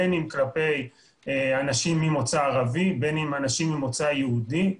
בין אם כלפי אנשים ממוצא ערבי או אנשים ממוצא יהודי,